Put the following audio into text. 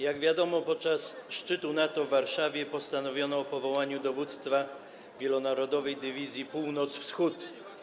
Jak wiadomo, podczas szczytu NATO w Warszawie postanowiono powołać Dowództwo Wielonarodowej Dywizji Północ-Wschód.